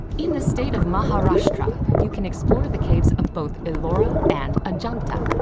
in the state of maharashtra, you can explore the caves of both ellora and ajanta.